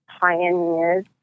pioneers